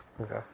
Okay